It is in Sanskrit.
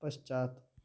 पश्चात्